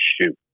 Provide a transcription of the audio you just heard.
shoot